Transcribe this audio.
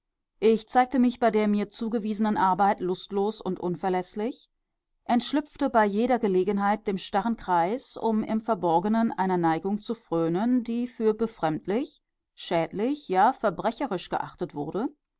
ich zeigte mich bei der mir zugewiesenen arbeit lustlos und unverläßlich entschlüpfte bei jeder gelegenheit dem starren kreis um im verborgenen einer neigung zu frönen die für befremdlich schädlich ja verbrecherisch geachtet wurde